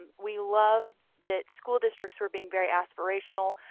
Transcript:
and we love that school districts were being very aspirational,